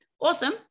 Awesome